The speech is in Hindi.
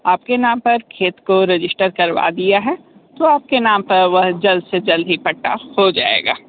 आपके नाम पर खेत को रजिस्टर करवा दिया है तो आपके नाम पर वह जल्द से जल्द ही पट्टा हो जाएगा